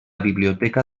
biblioteca